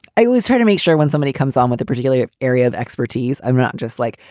i always try to make sure when somebody comes on with a particular area of expertise, i'm not just like.